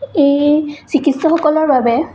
এই চিকিৎসকসকলৰ বাবে